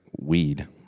weed